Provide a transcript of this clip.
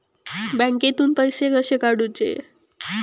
बँकेतून पैसे कसे काढूचे?